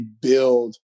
build